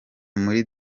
muri